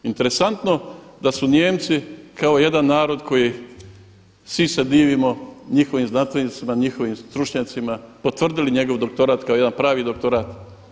Interesantno da su Nijemci kao jedan narod koji svi se divimo njihovim znanstvenicima, njihovim stručnjacima potvrdili jedan doktorat kao jedan pravi doktorat.